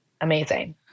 amazing